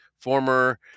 former